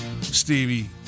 stevie